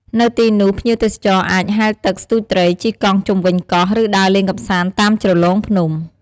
នៅទីនោះ ភ្ញៀវទេសចរអាច ហែលទឹក ស្ទូចត្រី ជិះកង់ជុំវិញកោះ ឬដើរលេងកម្សាន្តតាមជ្រលងភ្នំ។